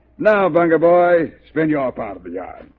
now bunga boy spin you're ah part of the yard.